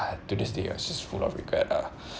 to this day it's just full of regret ah